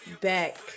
back